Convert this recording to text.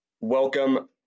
Welcome